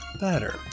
better